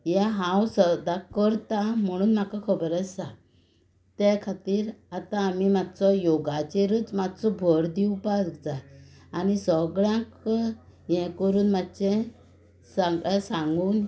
हें हांव सदां करता म्हुणून म्हाका खबर आसा ते खातीर आतां आमी मातसो योगाचेरूच मातसो भर दिवपाक जाय आनी सगळ्यांक हें करून मातशें सागळें सांगून